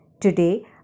Today